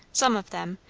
some of them,